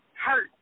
hurt